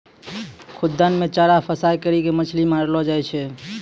खुद्दन मे चारा फसांय करी के मछली मारलो जाय छै